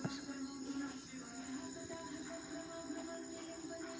तुमका ठाऊक हा काय, स्टॉक ही एक प्रकारची सुरक्षितता आसा?